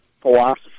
philosophy